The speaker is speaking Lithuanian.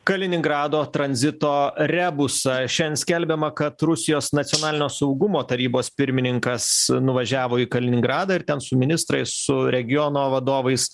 kaliningrado tranzito rebusą šian skelbiama kad rusijos nacionalinio saugumo tarybos pirmininkas nuvažiavo į kaliningradą ir ten su ministrais su regiono vadovais